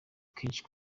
kenshi